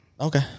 Okay